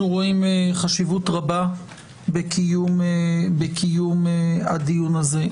אנחנו רואים חשיבות רבה בקיום הדיון הזה.